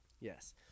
Yes